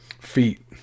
Feet